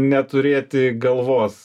neturėti galvos